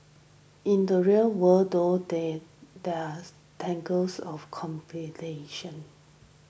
in the real world though day there's tangles of complications